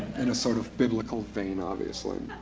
in a sort of biblical vein, obviously.